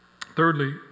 Thirdly